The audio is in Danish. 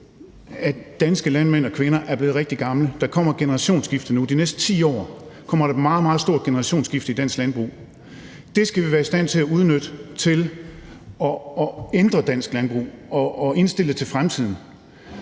at danske landmænd og -kvinder er blevet rigtig gamle. Der kommer et generationsskifte nu. De næste 10 år kommer der et meget, meget stort generationsskifte i dansk landbrug, og det skal vi være i stand til at udnytte til at ændre dansk landbrug og indstille det til fremtiden.